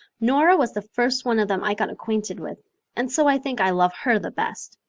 nora was the first one of them i got acquainted with and so i think i love her the best.